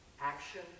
action